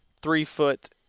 three-foot